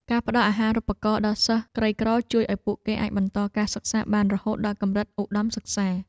ការផ្តល់អាហារូបករណ៍ដល់សិស្សក្រីក្រជួយឱ្យពួកគេអាចបន្តការសិក្សាបានរហូតដល់កម្រិតឧត្តមសិក្សា។